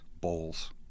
bowls